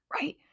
Right